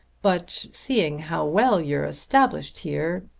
but, seeing how well you are established here.